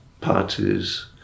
parties